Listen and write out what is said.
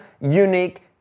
unique